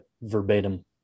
verbatim